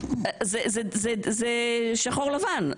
זה שחור לבן.